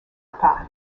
pas